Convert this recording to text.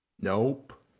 Nope